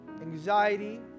anxiety